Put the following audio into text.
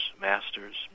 masters